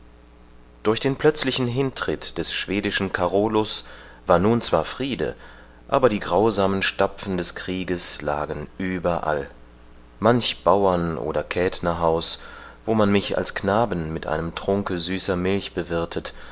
durch den plötzlichen hintritt des schwedischen carolus war nun zwar friede aber die grausamen stapfen des krieges lagen überall manch bauern oder käthnerhaus wo man mich als knaben mit einem trunke süßer milch bewirthet